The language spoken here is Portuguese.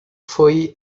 foi